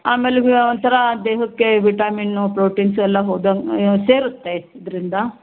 ಆಮೇಲೆ ಒಂಥರ ದೇಹಕ್ಕೆ ವಿಟಾಮಿನ್ನು ಪ್ರೋಟೀನ್ಸು ಎಲ್ಲ ಹೋದಂಗೆ ಸೇರುತ್ತೆ ಇದರಿಂದ